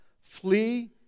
Flee